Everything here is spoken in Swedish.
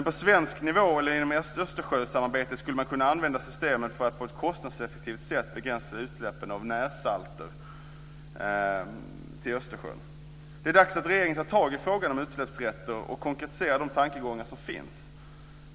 På svensk nivå eller inom Östersjösamarbetet skulle man kunna använda systemet för att på ett kostnadseffektivt sätt begränsa utsläppen av närsalter till Östersjön. Det är dags att regeringen tar tag i frågan om utsläppsrätter och konkretiserar de tankegångar som finns.